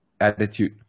attitude